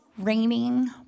raining